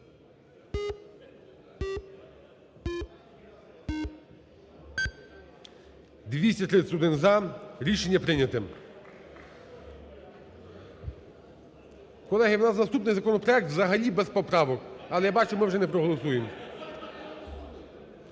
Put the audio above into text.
231 – за. Рішення прийняте. Колеги, у нас наступний законопроект взагалі без поправок, але, я бачу, ми вже не проголосуємо.